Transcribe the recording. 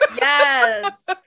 yes